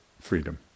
freedom